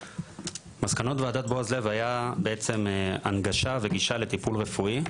מסקנות ועדת בועז לב היה בעצם הנגשה וגישה לטיפול רפואי.